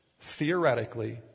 theoretically